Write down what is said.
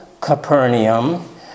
Capernaum